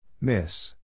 Miss